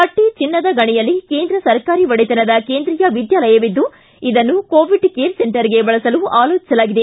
ಪಟ್ಟಿ ಚಿನ್ನದ ಗಣಿಯಲ್ಲಿ ಕೇಂದ್ರ ಸರಕಾರಿ ಒಡೆತನದ ಕೇಂದ್ರೀಯ ವಿದ್ಯಾಲಯವಿದ್ದು ಇದನ್ನು ಕೋವಿಡ್ ಕೇರ್ ಸೆಂಟರ್ಗೆ ಬಳಸಲು ಆಲೋಚಿಸಲಾಗಿದೆ